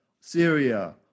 Syria